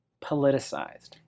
politicized